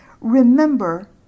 Remember